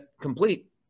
complete